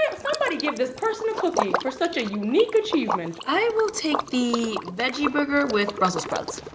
like somebody give this person a cookie for such a unique achievement. i will take the veggie burger with brussels sprouts.